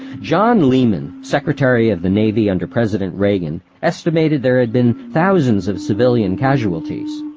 john lehman, secretary of the navy under president reagan, estimated there had been thousands of civilian casualties.